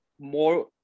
more